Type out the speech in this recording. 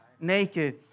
naked